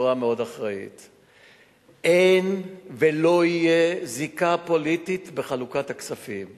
בצורה מאוד אחראית: אין ולא תהיה זיקה פוליטית בחלוקת הכספים.